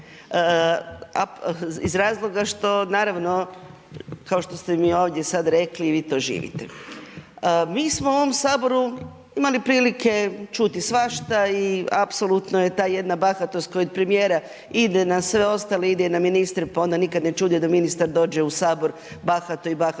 iz razloga što naravno kao što ste im i ovdje sad rekli, vi to živite. Mi smo u ovom Saboru imali prilike čuti svašta i apsolutno je ta jedna bahatost kod premijera, ide na sve ostale, ide i na ministre, pa onda nikad ne čudi da ministar dođe u Sabor bahato i bahato